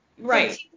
Right